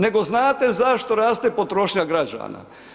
Nego znate zašto raste potrošnja građana?